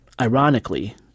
ironically